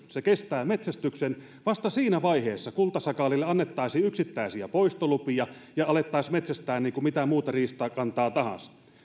se kestää metsästyksen vasta siinä vaiheessa kultasakaalille annettaisiin yksittäisiä poistolupia ja sitä alettaisiin metsästämään niin kuin mitä muuta riistakantaa tahansa